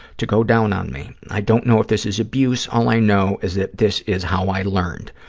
to go down on me. i don't know if this is abuse. all i know is that this is how i learned.